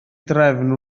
drefn